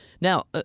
Now—